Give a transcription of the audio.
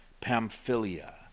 Pamphylia